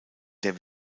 der